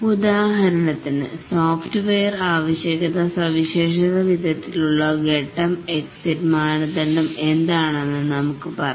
ഉദാഹരണത്തിന് സോഫ്റ്റ്വെയർ ആവശ്യകത സവിശേഷ വിധത്തിലുള്ള ഘട്ടം എക്സിറ്റ് മാനദണ്ഡം എന്താണെന്ന് നമുക്ക് പറയാം